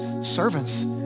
servants